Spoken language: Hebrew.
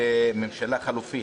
סיכוי לממשלה חלופית.